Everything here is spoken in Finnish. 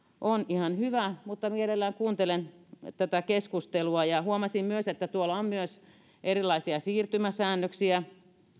on ihan hyvä mutta mielellään kuuntelen tätä keskustelua huomasin että tuolla on myös erilaisia siirtymäsäännöksiä